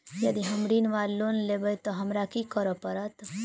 यदि हम ऋण वा लोन लेबै तऽ हमरा की करऽ पड़त?